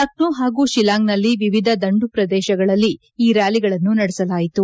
ಲಕ್ನೋ ಪಾಗೂ ಶಿಲ್ಲಾಂಗ್ನಲ್ಲಿ ವಿವಿಧ ದಂಡುಪ್ರದೇಶಗಳಲ್ಲಿ ಈ ರ್ಕಾಲಿಗಳನ್ನು ನಡೆಸಲಾಯಿತು